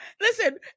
Listen